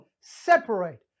separate